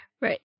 Right